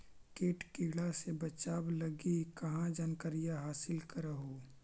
किट किड़ा से बचाब लगी कहा जानकारीया हासिल कर हू?